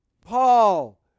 Paul